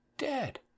dead